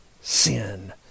sin